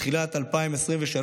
מתחילת 2023,